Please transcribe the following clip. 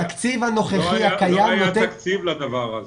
התקציב הנוכחי הקיים נותן --- לא היה תקציב לדבר הזה.